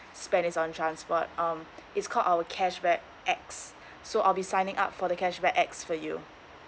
spend is on transport um it's called our cashback X so I'll be signing up for the cashback X for you